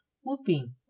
whooping